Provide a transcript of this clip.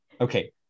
okay